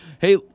Hey